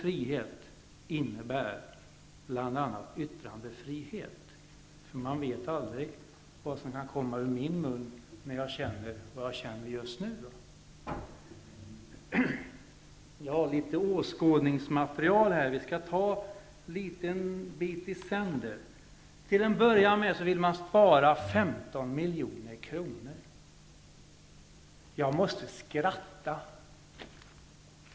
Det kanske är lika bra att jag säger det, för man vet ju aldrig vad som kan komma ur min mun när jag känner vad jag känner just nu. Jag har litet åskådningsmaterial med mig. Vi skall ta en liten bit i sänder. Till en början vill man spara 15 milj.kr. Jag måste skratta!